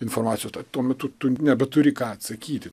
informacijos tuo metu tu nebeturi ką atsakyti